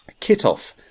Kitoff